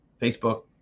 Facebook